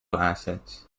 assets